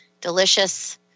delicious